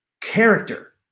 character